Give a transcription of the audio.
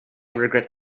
regret